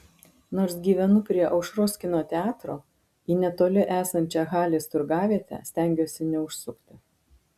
nors gyvenu prie aušros kino teatro į netoli esančią halės turgavietę stengiuosi neužsukti